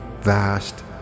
vast